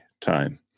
time